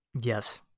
Yes